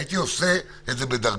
הייתי עושה את זה מדורג.